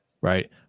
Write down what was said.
Right